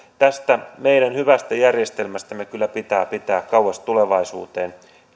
tästä meidän hyvästä järjestelmästämme kyllä pitää pitää kauas tulevaisuuteen